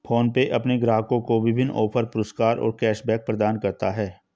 PhonePe अपने ग्राहकों को विभिन्न ऑफ़र, पुरस्कार और कैश बैक प्रदान करता है